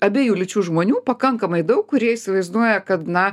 abiejų lyčių žmonių pakankamai daug kurie įsivaizduoja kad na